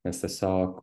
nes tiesiog